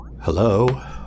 Hello